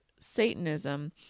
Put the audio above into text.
satanism